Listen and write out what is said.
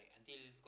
I tell you cause